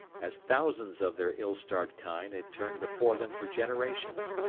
as thousands of their ill-starred kind had turned before them for generations,